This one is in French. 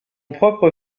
propre